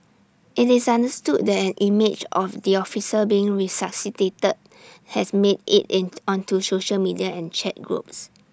IT is understood that an image of the officer being resuscitated has made IT in onto social media and chat groups